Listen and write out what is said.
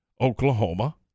Oklahoma